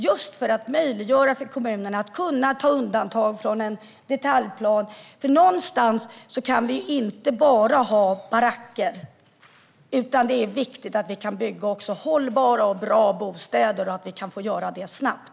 Det kan möjliggöra för kommunerna att göra undantag från detaljplaner. Vi kan inte bara ha baracker, utan det är viktigt att vi kan bygga även hållbara och bra bostäder och att vi kan göra det snabbt.